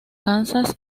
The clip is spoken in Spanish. kansas